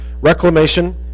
Reclamation